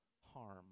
harm